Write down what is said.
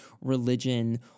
religion